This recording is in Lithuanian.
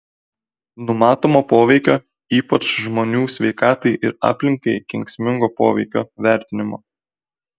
numatomo poveikio ypač žmonių sveikatai ir aplinkai kenksmingo poveikio vertinimo